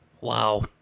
Wow